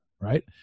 right